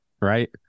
Right